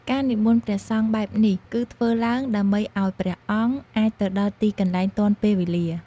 ការនិមន្តព្រះសង្ឃបែបនេះ គឺធ្វើឡើងដើម្បីឱ្យព្រះអង្គអាចទៅដល់ទីកន្លែងទាន់ពេលវេលា។